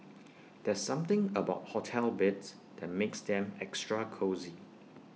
there's something about hotel beds that makes them extra cosy